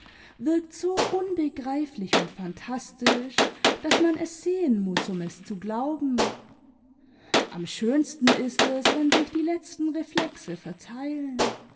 wirkt so unbegreiflich und phantastisch daß man es sehen muß um es zu glauben am schönsten ist es wenn sich die letzten reflexe verteilen